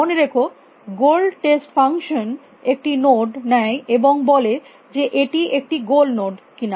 মনে রেখো goal test function একটি নোড নেয় এবং বলে যে এটি একটি গোল নোড কিনা